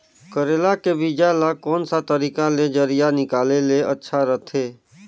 करेला के बीजा ला कोन सा तरीका ले जरिया निकाले ले अच्छा रथे?